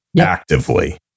actively